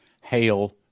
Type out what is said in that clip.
Hail